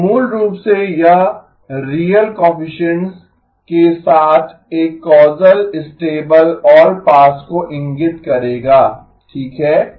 तो मूल रूप से यह रियल कोएफिसिएन्ट्स के साथ एक कौसल स्टेबल ऑलपास को इंगित करेगा ठीक है